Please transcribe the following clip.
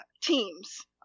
teams